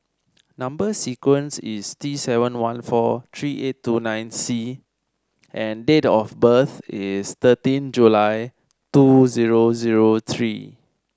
number sequence is T seven one four three eight two nine C and date of birth is thirteen July two zero zero three